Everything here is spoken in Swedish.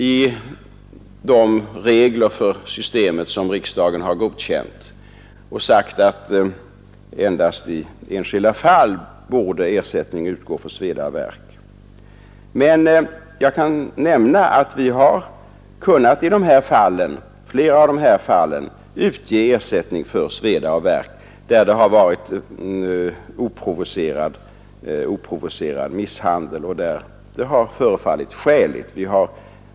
I de regler för systemet som riksdagen har godkänt har vi skrivit försiktigt och sagt att ersättning endast i särskilda fall borde utgå för sveda och värk. Men jag kan nämna att vi i flera fall har kunnat utge ersättning för sveda och värk, där det har varit frågan om oprovocerad misshandel och där det har förefallit skäligt att utge ersättning.